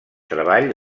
treball